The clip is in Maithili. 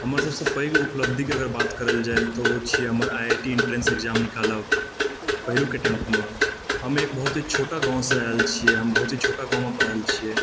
हमर सबसँ पैघ उपलब्धिके अगर बात करल जाए तऽ ओ छिऐ हमर I I T entrance exam निकालब पहिलुक अटेम्पटमे हम एक बहुत छोटा गाँवसँ आएल छिऐ हम बहुते छोटा गाँवमे पढ़ल छिऐ